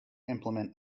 implement